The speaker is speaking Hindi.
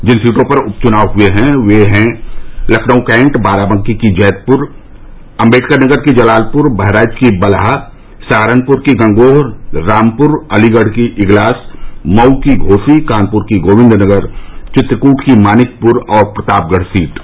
जिन सीटो पर उप चुनाव हुए वे हैं लखनऊ कैंट बाराबकी की जैदपुर अम्बेडकरनगर की जलालपुर बहराइच की बलहा सहारनपुर की गंगोह रामपुर अलीगढ़ की इगलास मऊ की घोसी कानपुर की गोविंदनगर चित्रकूट की मानिकपुर और प्रतापगढ़ सीट है